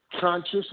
conscious